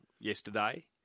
yesterday